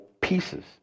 pieces